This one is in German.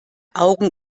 augen